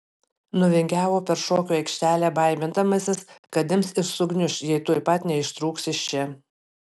nuvingiavo per šokių aikštelę baimindamasis kad ims ir sugniuš jei tuoj pat neištrūks iš čia